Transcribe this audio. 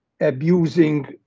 abusing